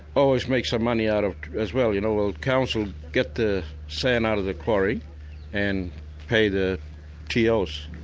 always make some money out of, as well, you know, while council get the sand out of the quarry and pay the tos.